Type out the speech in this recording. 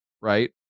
right